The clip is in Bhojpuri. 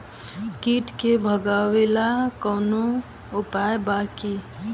कीट के भगावेला कवनो उपाय बा की?